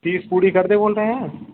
तीस पूरी कर दें बोल रहे हैं